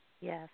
Yes